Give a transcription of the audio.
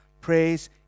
Praise